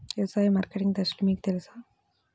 వ్యవసాయ మార్కెటింగ్ దశలు మీకు తెలుసా?